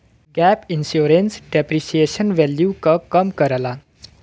gap insurance depreciation value क कम करला